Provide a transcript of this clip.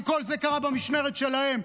שכל זה קרה במשמרת שלהם,